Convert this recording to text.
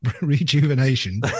rejuvenation